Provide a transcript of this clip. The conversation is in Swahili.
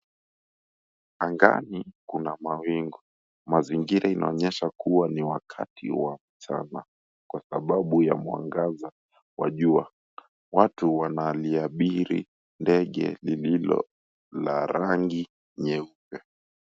Angani kuna mawingu. Mazingira inaonyesha kuwa ni wakati wa mchana, kwa sababu ya mwangaza wa jua. Watu wanaliabiri ndege lililo la rangi nyeupe.